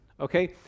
Okay